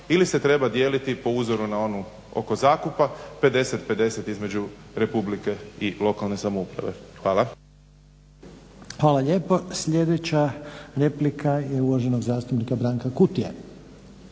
ili se treba dijeliti po uzoru na onu oko zakupa, 50:50 između Republike i lokalne samouprave. Hvala. **Reiner, Željko (HDZ)** Hvala lijepo. Sljedeća replika je uvaženog zastupnika Branka Kutije.